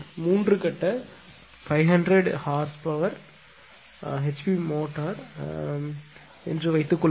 மூன்று கட்ட 500 HP power HP motor என்று வைத்துக் கொள்ளுங்கள்